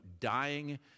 dying